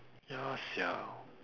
ya sia